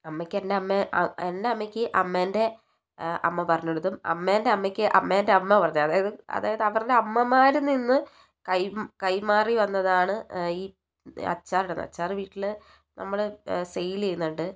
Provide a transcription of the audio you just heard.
അമ്മക്കെന്റമ്മയെ അമ്മേ എൻ്റെ അമ്മയ്ക്ക് അമ്മേൻ്റെ അമ്മ പറഞ്ഞ് കൊടുത്തും അമ്മേൻ്റെ അമ്മയ്ക്ക് അമ്മേൻ്റെ അമ്മ പറഞ്ഞ് അതായത് അതായത് അവർടെ അമ്മമാരിനിന്ന് കൈ കൈമാറി വന്നതാണ് ഈ അച്ചാറിടുന്നത് അച്ചാറ് വീട്ടില് നമ്മള് സെയിലെയ്യുന്നുണ്ട്